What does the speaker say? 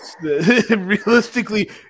Realistically